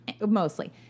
mostly